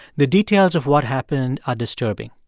the details of what happened are disturbing.